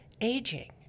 aging